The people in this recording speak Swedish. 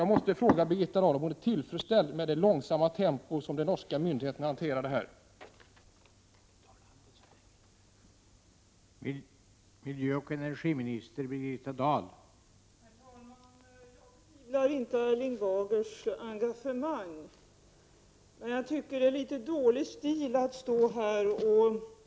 Jag måste fråga Birgitta Dahl om hon är tillfredsställd med det långsamma tempot i de norska myndigheternas hantering av denna fråga.